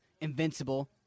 Invincible